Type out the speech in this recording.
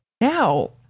Now